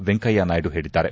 ವೆಂಕಯ್ಯ ನಾಯ್ಡು ಹೇಳಿದ್ದಾರೆ